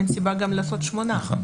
אין סיבה לעשות שמונה.